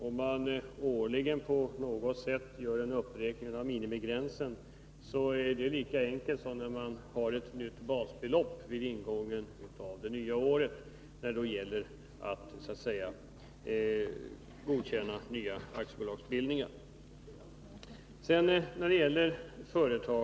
Det är lika enkelt att årligen göra en beräkning av minimigränsen för aktiekapitalet i samband med godkännande av nybildning av aktiebolag som att tillämpa ett nytt basbelopp vid ingången av det nya året.